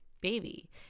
baby